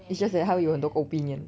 it's just that 他会有很多 opinion